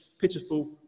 pitiful